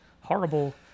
horrible